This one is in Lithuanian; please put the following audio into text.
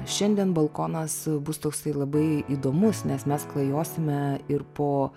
šiandien balkonas bus toksai labai įdomus nes mes klajosime ir po